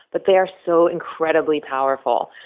but they are so incredibly powerful.